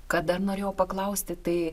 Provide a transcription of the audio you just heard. ką dar norėjau paklausti tai